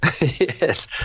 Yes